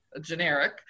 generic